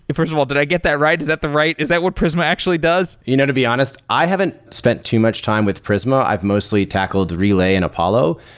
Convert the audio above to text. first of all, did i get that right? is that the right is that what prisma actually does? you know to be honest, i haven't spent too much time with prisma. i've mostly tackled relay and apollo.